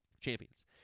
champions